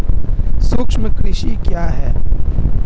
सूक्ष्म कृषि क्या है?